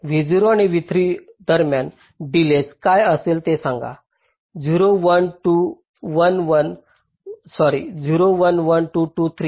v0 आणि v3 दरम्यान delays काय असेल ते सांगा 0 1 1 2 2 3